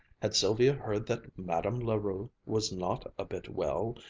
had sylvia heard that madame la rue was not a bit well,